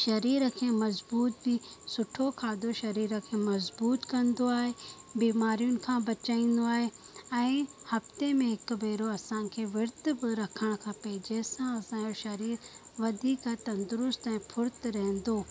शरीर खे मज़बूत बि सुठो खाधो शरीर खे मज़बूत कंदो आहे बीमारियुनि खां बचाईंदो आहे ऐं हफ़्ते में हिकु भेरो असांखे विर्त ब रखणु खपे जंहिंसां असांजो शरीरु वधीक तंदुरुस्त ऐं फुर्त रहंदो